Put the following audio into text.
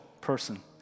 person